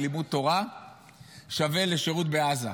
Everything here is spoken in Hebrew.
שלימוד תורה שווה לשירות בעזה.